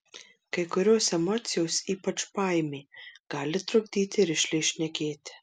kai kurios emocijos ypač baimė gali trukdyti rišliai šnekėti